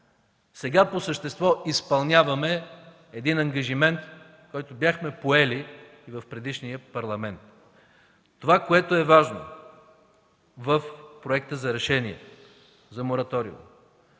Сега по същество изпълняваме един ангажимент, който бяхме приели в предишния Парламент. Това, което е важно в проекта за решение за мораториум: